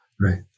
Right